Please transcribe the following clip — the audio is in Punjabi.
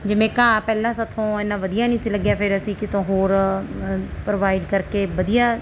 ਜਿਵੇਂ ਘਾਹ ਪਹਿਲਾ ਸਾਥੋਂ ਇੰਨਾ ਵਧੀਆ ਨਹੀਂ ਸੀ ਲੱਗਿਆ ਫਿਰ ਅਸੀਂ ਕਿਤੋਂ ਹੋਰ ਪ੍ਰੋਵਾਈਡ ਕਰਕੇ ਵਧੀਆ